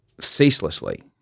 ceaselessly